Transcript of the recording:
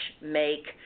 make